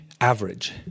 average